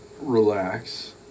relax